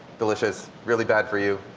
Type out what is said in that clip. delicious, really bad for you,